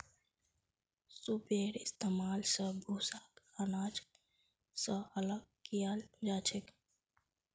सूपेर इस्तेमाल स भूसाक आनाज स अलग कियाल जाछेक